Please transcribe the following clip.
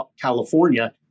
California